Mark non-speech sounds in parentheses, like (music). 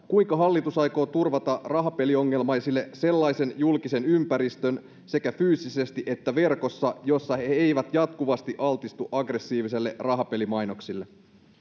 (unintelligible) kuinka hallitus aikoo turvata rahapeliongelmaisille sellaisen julkisen ympäristön sekä fyysisesti että verkossa jossa he he eivät jatkuvasti altistu aggressiivisille rahapelimainoksille